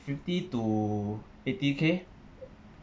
fifty to eighty K